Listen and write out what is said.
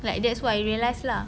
like that's what I realised lah